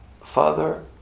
Father